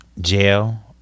Jail